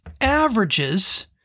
averages